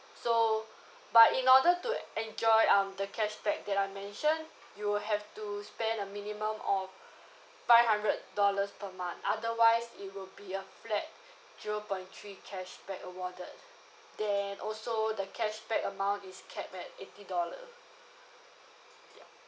so but in order to enjoy um the cashback that I mentioned you will have to spend a minimum of five hundred dollars per month otherwise it will be a flat zero point three cashback awarded then also the cashback amount is capped at eighty dollar yup